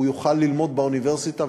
הוא יוכל ללמוד באוניברסיטה,